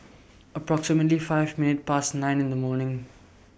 approximately five minutes Past nine in The morning